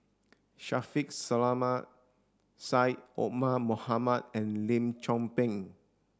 Shaffiq Selamat Syed Omar Mohamed and Lim Chong Pang